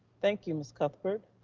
thank you, ms. cuthbert,